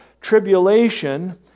Tribulation